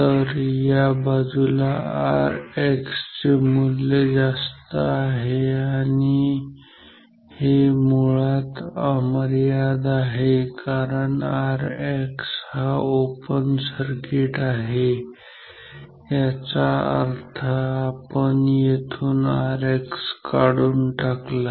तर या बाजूला Rx चे मूल्य जास्त आहे आणि हे मुळात अमर्याद ∞ आहे कारण Rx हा ओपन सर्किट आहे याचा अर्थ आपण येथून Rx काढून टाकला